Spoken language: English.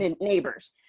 neighbors